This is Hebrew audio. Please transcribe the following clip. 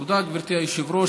תודה, גברתי היושבת-ראש.